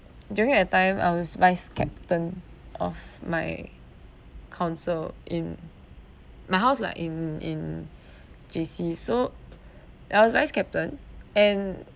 during that time I was vice captain of my council in my house lah in in J_C so I was vice captain and